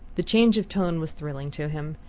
the change of tone was thrilling to him.